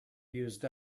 used